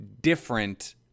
different